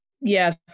yes